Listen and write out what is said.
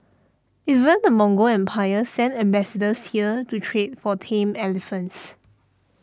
even the Mongol empire sent ambassadors here to trade for tame elephants